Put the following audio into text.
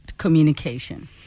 communication